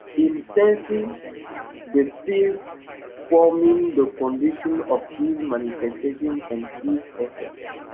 in sensing the fields forming the condition of his manifestation and his essence.